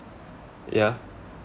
ya